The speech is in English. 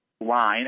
line